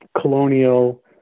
colonial